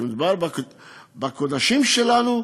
כשמדובר בקודשים שלנו,